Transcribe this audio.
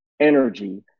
energy